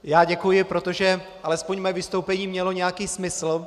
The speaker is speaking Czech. Já děkuji, protože alespoň mé vystoupení mělo nějaký smysl.